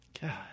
God